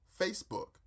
Facebook